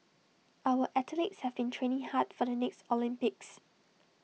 our athletes have been training hard for the next Olympics